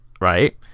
right